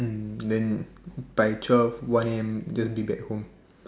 mm then by twelve one A_M just be back home